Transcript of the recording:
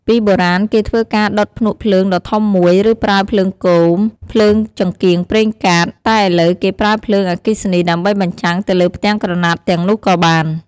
ពីបុរាណគេធ្វើការដុតភ្នក់ភ្លើងដ៏ធំមួយ ឬប្រើភ្លើងគោម ភ្លើងចង្កៀងប្រេងកាត តែឥឡូវគេប្រើភ្លើងអគ្គិសនីដើម្បីបញ្ចាំងទៅលើផ្ទាំងក្រណាត់ទាំងនោះក៏បាន។